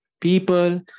People